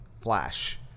Flash